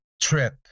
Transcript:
trip